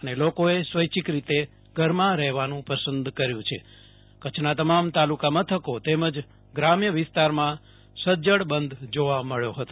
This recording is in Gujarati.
અને લોકોએ સ્વૈચ્છિક રીતે ઘરમાં રહેવાનું પસંદ કર્યુ છે કચ્છના તમામ તાલુકા મથકો તેમજ ગ્રામ્ય વિસ્તારમાં સજ્જડ બંધ જોવા મળ્યો હતો